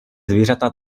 zvířata